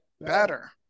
better